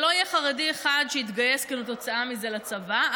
שלא יהיה חרדי אחד שיתגייס כתוצאה מזה לצבא,